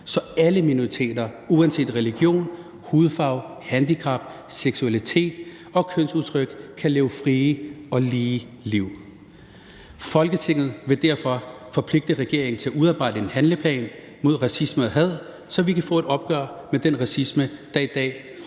så alle minoriteter uanset religion, hudfarve, handicap, seksualitet og kønsudtryk kan leve frie og lige liv. Folketinget vil derfor forpligte regeringen til at udarbejde en handleplan mod racisme og had, så vi kan få et opgør med den racisme, der i dag holder